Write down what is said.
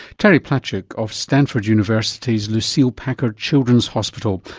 terry platchek of stanford university's lucile packard children's hospital.